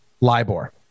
LIBOR